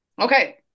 okay